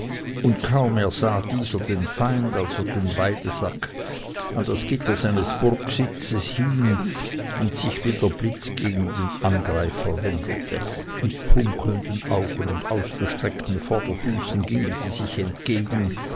und kaum ersah dieser den feind als er den weidsack an das gitter seines burgsitzes hing und sich wie der blitz gegen den angreifer wendete mit funkelnden augen und ausgestreckten vorderfüßen gingen sie sich entgegen